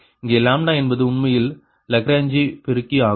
இங்கே என்பது உண்மையில் லாக்ராங்கே பெருக்கி ஆகும்